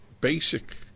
basic